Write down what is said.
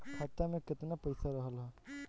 खाता में केतना पइसा रहल ह?